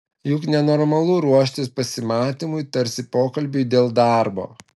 juk nenormalu ruoštis pasimatymui tarsi pokalbiui dėl darbo